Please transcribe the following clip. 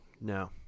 no